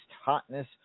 Hotness